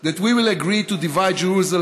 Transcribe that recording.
that we will agree to divide Jerusalem,